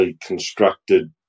constructed